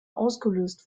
ausgelöst